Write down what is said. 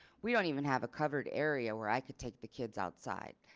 we don't even have a covered area where i could take the kids outside.